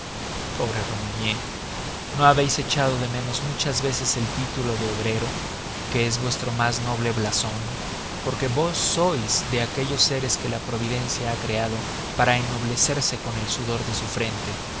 pobre romagné no habéis echado de menos muchas veces el título de obrero que es vuestro más noble blasón porque vos sois de aquellos seres que la providencia ha creado para ennoblecerse con el sudor de su frente